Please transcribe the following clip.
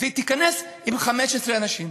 אז היא תיכנס עם 15 אנשים,